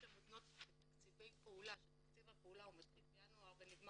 שמותנות בתקציבי פעולה שמתחילים בינואר ונגמרים